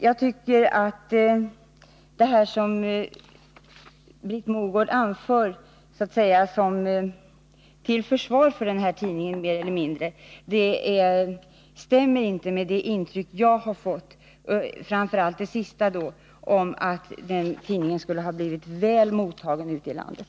Jag tycker att vad statsrådet Mogård mer eller mindre anfört till försvar för tidningen inte stämmer med det intryck som jag har fått. Detta gäller framför allt det sista, att tidningen skulle ha blivit väl mottagen ute i landet.